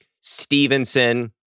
Stevenson